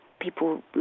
People